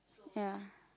ya